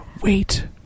wait